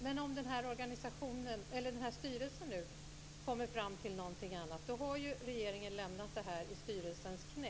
Men om styrelsen kommer fram till någonting annat har ju regeringen lämnat frågan i styrelsens knä.